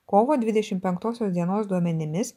kovo dvidešimt penktosios dienos duomenimis